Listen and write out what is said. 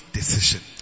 decision